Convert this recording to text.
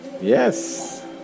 Yes